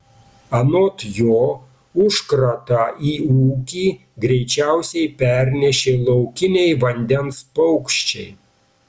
anot jo užkratą į ūkį greičiausiai pernešė laukiniai vandens paukščiai